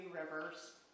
rivers